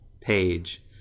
page